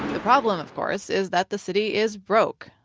the problem, of course, is that the city is broke.